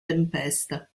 tempesta